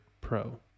pro